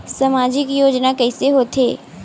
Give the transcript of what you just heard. सामजिक योजना कइसे होथे?